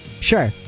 sure